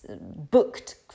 booked